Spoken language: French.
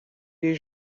les